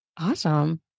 Awesome